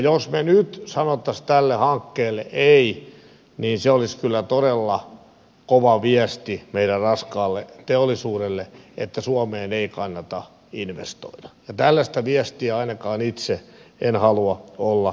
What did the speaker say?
jos me nyt sanoisimme tälle hankkeelle ei niin se olisi kyllä todella kova viesti meidän raskaalle teollisuudellemme että suomeen ei kannata investoida ja tällaista viestiä ainakaan itse en halua olla antamassa